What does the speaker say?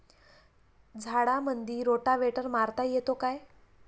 झाडामंदी रोटावेटर मारता येतो काय?